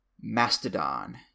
mastodon